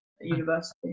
university